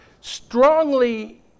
strongly